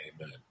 Amen